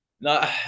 No